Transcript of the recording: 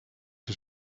his